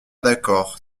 d’accord